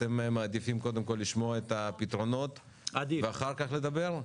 אתם מעדיפים קודם כל לשמוע את הפתרונות ואחר כך לדבר?